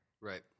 right